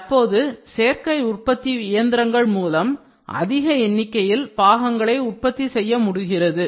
தற்போது சேர்க்கை உற்பத்தி இயந்திரங்கள் மூலம் அதிக எண்ணிக்கையில் பாகங்களை உற்பத்தி செய்ய முடிகிறது